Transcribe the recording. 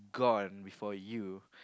gone before you